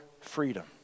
freedom